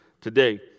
today